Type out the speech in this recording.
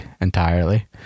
entirely